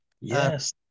Yes